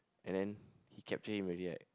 and then he captured him already right